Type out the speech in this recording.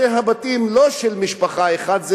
הבתים לא של משפחה אחת,